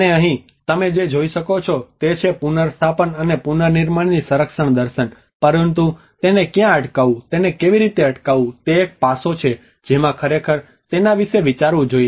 અને અહીં તમે જે જોઈ શકો છો તે છે પુનર્સ્થાપન અને પુનર્નિર્માણનું સંરક્ષણ દર્શન પરંતુ તેને ક્યાં અટકાવવું તેને કેવી રીતે અટકાવવું તે એક પાસો છે જેમાં ખરેખર તેના વિશે વિચારવું જોઈએ